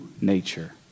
nature